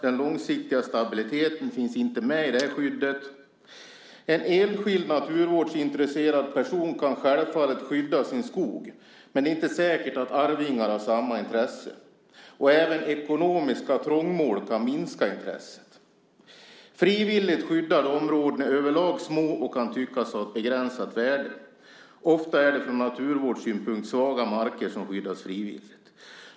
Den långsiktiga stabiliteten finns inte med i det här skyddet. En enskild naturvårdsintresserad person kan självfallet skydda sin skog, men det är inte säkert att arvingar har samma intresse. Även ekonomiska trångmål kan minska intresset. Frivilligt skyddade områden är överlag små och kan tyckas ha ett begränsad värde. Ofta är det från naturvårdssynpunkt svaga marker som skyddas frivilligt.